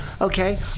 okay